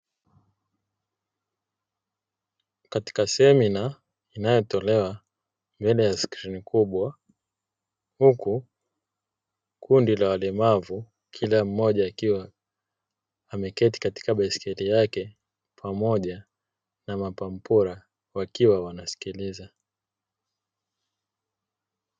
Katika semina inayotolewa nyuma ya sehemu kubwa huku kundi la walemavu, kila mmoja akiwa ameketi kwenye baisikeli yake pamoja na mapampora wakiwa wanasikiliza.